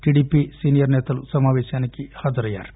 TDP senior సేతలు సమావేశానికి హాజరయ్యారు